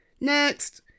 next